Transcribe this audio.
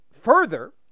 further